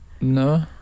No